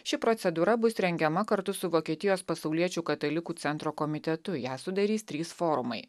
ši procedūra bus rengiama kartu su vokietijos pasauliečių katalikų centro komitetu ją sudarys trys forumai